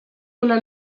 una